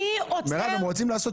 מי עוצר?